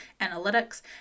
analytics